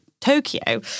Tokyo